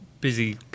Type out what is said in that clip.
Busy